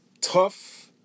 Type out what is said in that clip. Tough